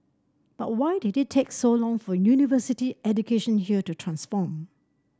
but why did it take so long for university education here to transform